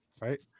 Right